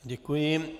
Děkuji.